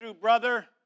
Brother